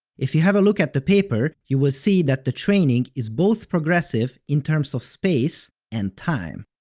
if you have a look at the paper, you will see that the training is both progressive in terms of space and time.